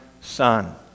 son